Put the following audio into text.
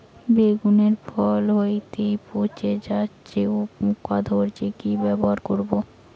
বেগুনের ফল হতেই পচে যাচ্ছে ও পোকা ধরছে কি ব্যবহার করব?